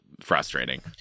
frustrating